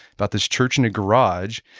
about this church in a garage.